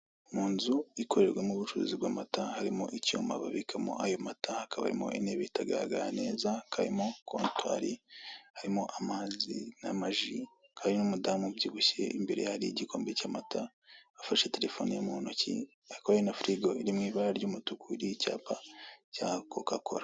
Mu nzu ikorerwamo ubucuruzi bw'amata harimo icyuma babikamo ayo mata hakaba harimo intebe itagaragara neza kaba harimo kontwari harimo amazi n'amaji, hari n'umudamu ubyibushye imbere hari igikombe cy'amata afashe telefoni mu ntoki hakaba hari na frigo iri mu ibara ry'umutuku n'icyapa cya coca cola.